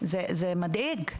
זה מדאיג.